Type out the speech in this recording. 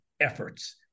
efforts